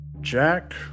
Jack